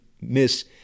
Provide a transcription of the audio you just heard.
miss